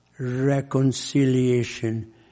reconciliation